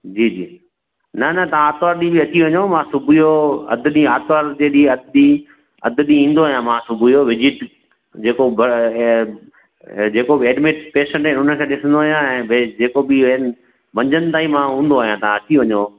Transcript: जी जी न न तव्हां आर्तवार ॾींहुं बि अची वञो मां सुबुह जो अधि ॾींहुं आर्तवार जे ॾींहुं अधि ॾींहुं अधि ॾींहुं ईंदो आहियां मां सुबुह जो विज़िट जेको ब जेको बि एडमिट पैशेंट आहिनि हुनखे ॾिसंदो आहियां ऐं भई जेको बि आहिनि मंझदि ताईं मां हूंदो आहियां तव्हां अची वञो